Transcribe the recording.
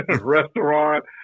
restaurant